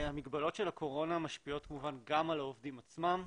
שהמגבלות של הקורונה משפיעות כמובן גם על העובדים עצמם.